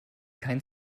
kein